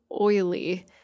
oily